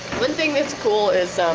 one thing that's cool is, um